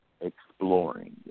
exploring